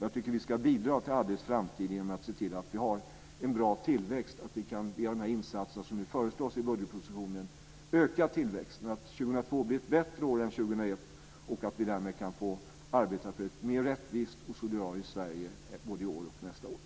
Jag tycker att vi ska bidra till Addes framtid genom att se till att vi har en bra tillväxt och att vi kan göra de insatser som föreslås i budgetpropositionen. Vi ska öka tillväxten och se till att 2002 blir ett bättre år än 2001, så att vi därmed kan få arbeta för ett mer rättvist och solidariskt Sverige både i år och nästa år.